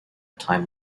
time